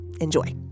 Enjoy